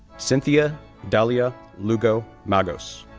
cynthia dalila lugo magos,